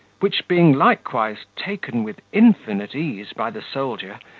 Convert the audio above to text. which being likewise taken with infinite ease by the soldier,